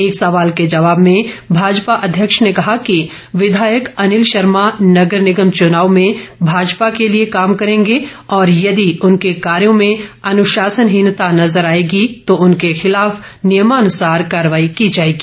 एक सवाल के जवाब में भाजपा अध्यक्ष ने कहा कि विधायक अनिल शर्मा नगर निगम चुनाव में भाजपा के लिए काम करेंगे और यदि उनके कार्यों में अनुशासनहीनता नज़र आएगी तो उनके खिलाफ नियमानुसार कार्रवाई की जाएगी